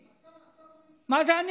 אתה?